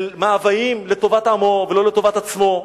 של מאוויים לטובת עמו ולא לטובת עצמו.